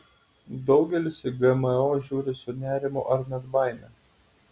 daugelis į gmo žiūri su nerimu ar net baime